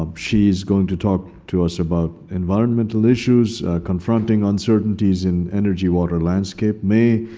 um she's going to talk to us about environmental issues, confronting uncertainties in energy water landscape. may